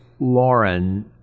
Lauren